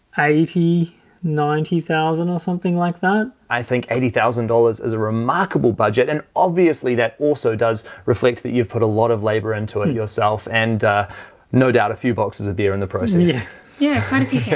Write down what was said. eighty ninety thousand or something like that i think eighty thousand dollars is a remarkable budget and obviously that also does reflect that you've put a lot of labor into it ah yourself and no doubt a few boxes of beer in the process yeah